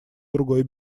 другой